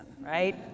right